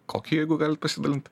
kokį jeigu galit pasidalint